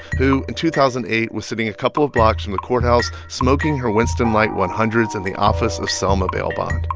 who, in two thousand eight, was sitting a couple of blocks from the courthouse smoking her winston light one hundred s in and the office of selma bail bond.